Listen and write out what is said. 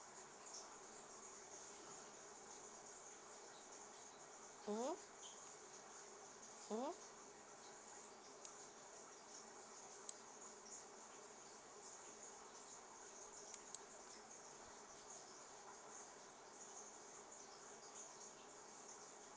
mmhmm mmhmm